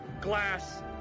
glass